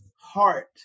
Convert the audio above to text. heart